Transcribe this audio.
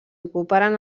ocuparen